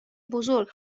بزرگ